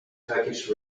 turkish